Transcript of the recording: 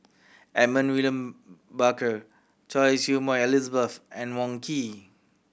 Edmund William Barker Choy Su Moi Elizabeth and Wong Keen